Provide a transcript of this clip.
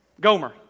Gomer